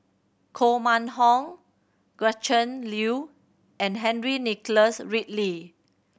Koh Mun Hong Gretchen Liu and Henry Nicholas Ridley